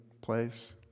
place